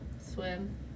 Swim